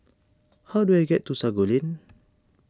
how do I get to Sago Lane